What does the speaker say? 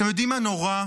אתם יודעים מה נורא?